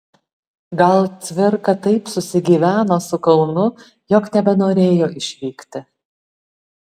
gal cvirka taip susigyveno su kaunu jog nebenorėjo išvykti